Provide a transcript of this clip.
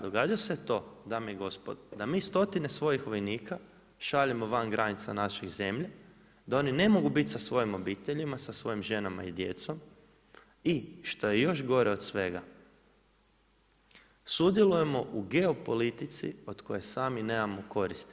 Događa se to dame i gospodo da mi stotine svojih vojnika šaljemo van granica naše zemlje, da oni ne mogu biti sa svojim obiteljima, sa svojim ženama i djecom i što je još gore od svega sudjelujemo u geopolitici od koje sami nemao koristi.